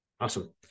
Awesome